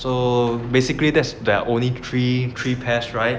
so basically that's there are only three three pairs right